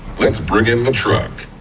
let's bring in the truck.